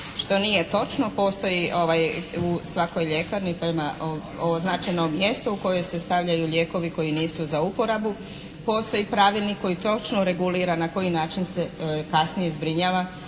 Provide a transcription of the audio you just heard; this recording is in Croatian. Što nije točno. Postoji u svakoj ljekarni pa ima ovo značajno mjesto u koje se stavljaju lijekovi koji nisu za uporabu. Postoji pravilnik koji točno regulira na koji način se kasnije zbrinjava